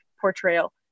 portrayal